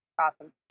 Awesome